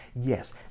yes